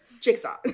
Jigsaw